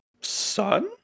son